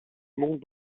monde